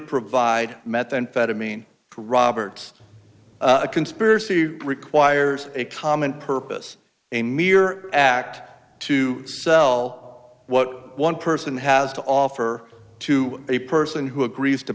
provide methamphetamine to robert's a conspiracy requires a common purpose a mere act to sell what one person has to offer to a person who agrees to